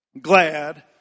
Glad